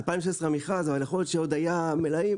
ב-2016 המכרז, אבל יכול להיות שעוד היו מלאים.